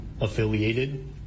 affiliated